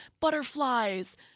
butterflies